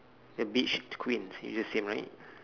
the beach queens is the same right